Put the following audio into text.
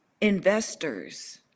investors